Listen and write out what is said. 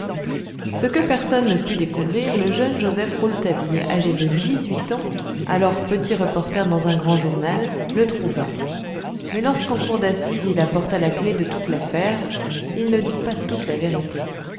ce que personne ne put découvrir le jeune joseph rouletabille âgé de dix-huit ans alors petit reporter dans un grand journal le trouva mais lorsqu'en cour d'assises il apporta la clef de toute l'affaire il ne dit pas toute la vérité